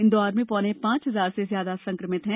इंदौर में पौने पांच हजार से ज्यादा संक्रमित हैं